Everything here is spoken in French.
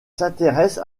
s’intéresse